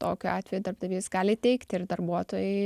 tokiu atveju darbdavys gali teikti ir darbuotojai